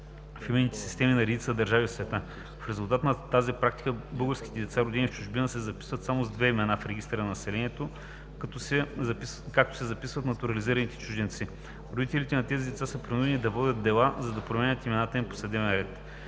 в именните системи на редица държави в света. В резултат на тази практика български деца, родени в чужбина, се записват само с две имена в регистъра на населението, както се записват натурализирани чужденци. Родителите на тези деца са принудени да водят дела, за да променят имената им по съдебен ред.